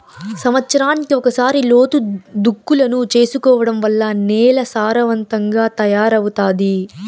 సమత్సరానికి ఒకసారి లోతు దుక్కులను చేసుకోవడం వల్ల నేల సారవంతంగా తయారవుతాది